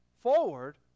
forward